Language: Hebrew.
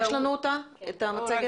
זה לא ישפיע על התושבים של חוף כרמל,